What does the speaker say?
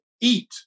eat